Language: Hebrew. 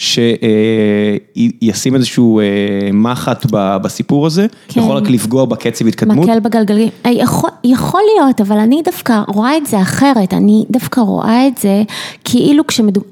שישים איזשהו מחט בסיפור הזה, יכול רק לפגוע בקצב התקדמות. מקל בגלגלים, יכול להיות, אבל אני דווקא רואה את זה אחרת, אני דווקא רואה את זה כאילו כש...